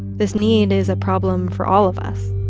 this need is a problem for all of us